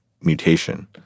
mutation